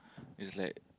it's like